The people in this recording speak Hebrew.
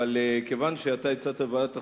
אבל מכיוון שהצעת ועדת החוקה,